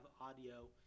audio